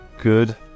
good